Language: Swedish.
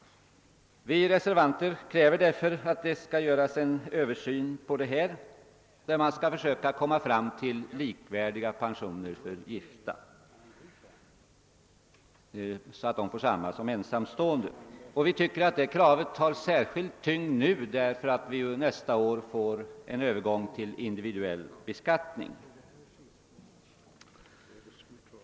Vi reservanter kräver en översyn som kan leda till att gifta och ensamstående får likvärdiga pensioner. Det kravet har särskild tyngd nu, eftersom vi nästa år får en övergång till individuell beskattning.